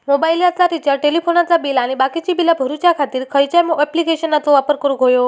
मोबाईलाचा रिचार्ज टेलिफोनाचा बिल आणि बाकीची बिला भरूच्या खातीर खयच्या ॲप्लिकेशनाचो वापर करूक होयो?